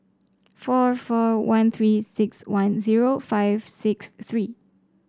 four four one Three six one zero five six three